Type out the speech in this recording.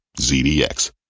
ZDX